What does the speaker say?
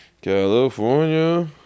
California